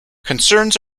concerns